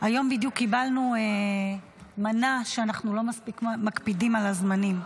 היום בדיוק קיבלנו מנה שאנחנו לא מספיק מקפידים על הזמנים.